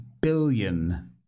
billion